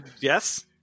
yes